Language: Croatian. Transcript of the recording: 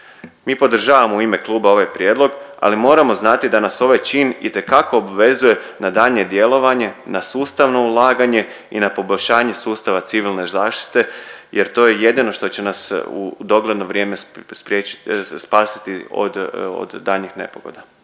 Mi podržavamo u ime kluba ovaj prijedlog, ali moramo znati da nas ovaj čin itekako obvezuje na daljnje djelovanje, na sustavno ulaganje i na poboljšanje sustava civilne zaštite jer to je jedino što će nas u dogledno vrijeme spriječ… spasiti od daljnjih nepogoda.